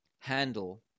handle